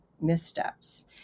missteps